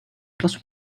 plus